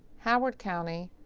howard county,